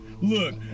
Look